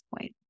point